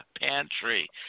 Pantry